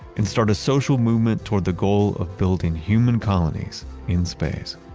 and start a social movement toward the goal of building human colonies in space.